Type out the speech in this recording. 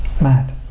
mad